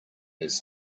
his